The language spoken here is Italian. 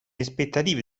aspettative